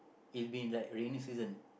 it's been like raining season